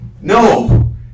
No